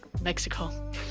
Mexico